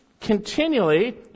continually